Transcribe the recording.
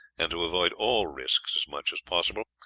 and to avoid all risks as much as possible,